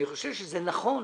אני חושב שזה נכון.